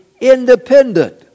independent